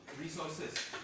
resources